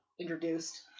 introduced